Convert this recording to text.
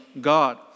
God